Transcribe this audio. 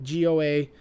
GOA